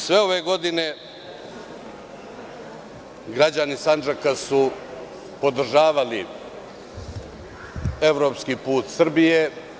Sve ove godine građani Sandžaka su podržavali evropski put Srbije.